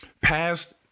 Past